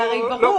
זה הרי ברור.